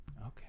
Okay